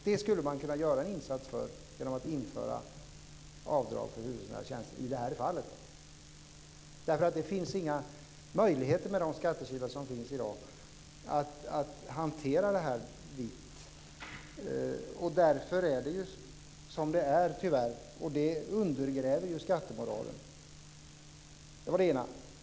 Det skulle man kunna göra en insats för genom att införa avdrag för hushållsnära tjänster i det här fallet. Det finns inga möjligheter med de skattekilar som finns i dag att hantera det här vitt. Därför är det som det är, tyvärr, och det undergräver skattemoralen. Det var det ena.